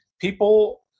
people